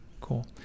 cool